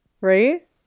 Right